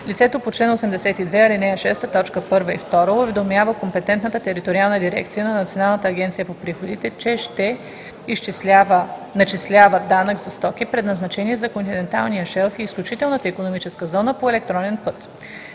Лицето по чл. 82, ал. 6, т. 1 и 2 уведомява компетентната териториална дирекция на Националната агенция за приходите, че ще начислява данък за стоки, предназначени за континенталния шелф и изключителната икономическа зона, по електронен път.“